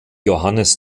johannes